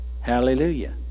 Hallelujah